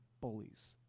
bullies